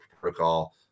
protocol